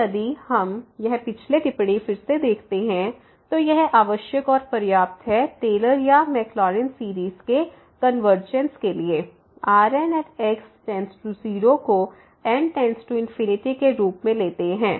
तो यदि हम यह पिछले टिप्पणी फिर से देखते है तो यह आवश्यक और पर्याप्त है टेलर या मैकलॉरिन सीरीज़ के कन्वर्जेंस के लिए कि Rn→0 को n→∞ के रूप में लेते है